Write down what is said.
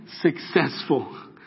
successful